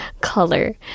color